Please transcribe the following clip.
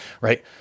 right